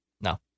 No